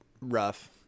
rough